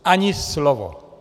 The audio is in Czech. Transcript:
Ani slovo!